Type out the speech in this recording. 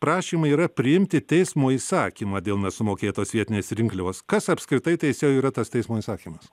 prašymai yra priimti teismo įsakymą dėl nesumokėtos vietinės rinkliavos kas apskritai teisėjau yra tas teismo įsakymas